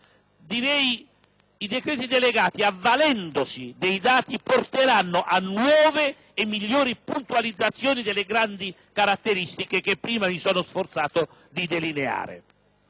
Direi che i decreti delegati, avvalendosi dei dati, porteranno a nuove e migliori puntualizzazioni delle grandi caratteristiche che prima mi sono sforzato di delineare.